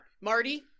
Marty